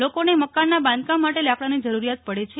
લોકાને મકાનનાં બાંધકામ માટે લાકડાંની જરૂરિયાત પડે છે